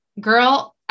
girl